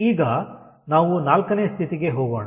ಈಗ ನಾವು 4ನೇ ಸ್ಥಿತಿಗೆ ಹೋಗೋಣ